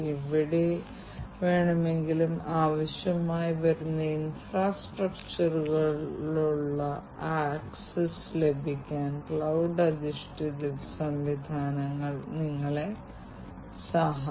അതിനാൽ ഇവയെല്ലാം സംയോജിപ്പിച്ച് പ്രവർത്തന ചെലവ് കുറയ്ക്കാനും തൊഴിലാളികളുടെ കാര്യക്ഷമത മെച്ചപ്പെടുത്താനും ജോലിസ്ഥലത്തെ മെച്ചപ്പെട്ട സുരക്ഷ റിസോഴ്സ് ഒപ്റ്റിമൈസേഷൻ വ്യവസായങ്ങളിലെ മാലിന്യങ്ങൾ കുറയ്ക്കൽ അവസാനം എന്നിവ നൽകുന്ന ഒരു സ്മാർട്ട് നിർമ്മാണ പ്ലാറ്റ്ഫോം ഉണ്ടാക്കും